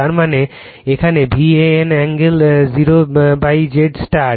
তার মানে এখানে VAN এ্যাঙ্গেল 0Z স্টার